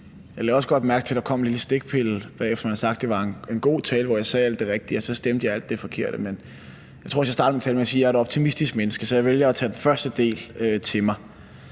Jeg lagde også godt mærke til, at der kom en lille stikpille der, hvor der blev sagt, at det var en god tale, hvor jeg sagde alt det rigtige, men at jeg så stemte alt det forkerte. Men jeg tror, startede min tale med at sige, at jeg da er et optimistisk menneske, så jeg vælger at tage den første del til mig.